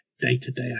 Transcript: day-to-day